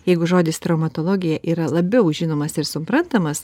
jeigu žodis traumatologija yra labiau žinomas ir suprantamas